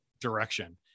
direction